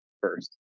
first